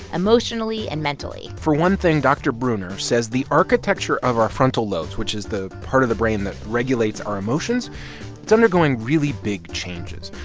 emotionally and mentally for one thing, dr. breuner says the architecture of our frontal lobes, which is the part of the brain that regulates our emotions it's undergoing really big changes.